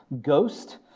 Ghost